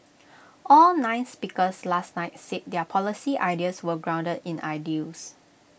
all nine speakers last night said their policy ideas were grounded in ideals